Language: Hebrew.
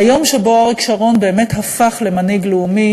והיום שבו אריק שרון באמת הפך למנהיג לאומי